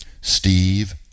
Steve